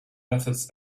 methods